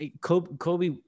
Kobe